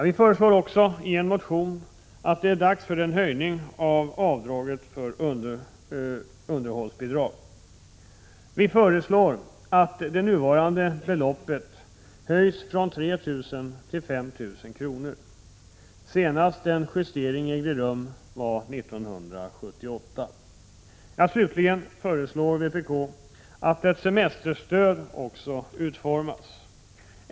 Vi föreslår också i en motion att det är dags för en höjning av avdraget för underhållsbidrag. Vi föreslår att det nuvarande beloppet höjs från 3 000 till 5 000 kr. Senast en justering ägde rum var 1978. Slutligen föreslår vpk att semesterstöd utformas.